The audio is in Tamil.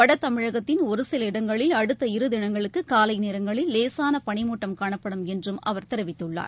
வடதமிழகத்தின் ஒருசில இடங்களில் அடுத்த இரு தினங்களுக்குகாலைநேரங்களில் லேசானபளிமூட்டம் காணப்படும் என்றும் அவர் தெரிவித்துள்ளார்